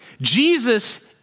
Jesus